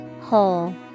Hole